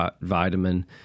vitamin